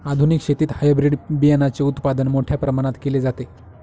आधुनिक शेतीत हायब्रिड बियाणाचे उत्पादन मोठ्या प्रमाणात केले जाते